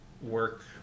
work